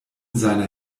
seiner